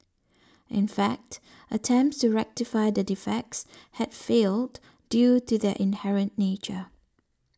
in fact attempts to rectify the defects have failed due to their inherent nature